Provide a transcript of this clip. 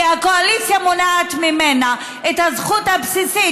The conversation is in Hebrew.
כי הקואליציה מונעת ממנה את הזכות הבסיסית